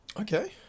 Okay